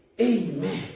Amen